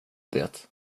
det